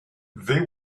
they